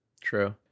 True